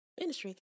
ministry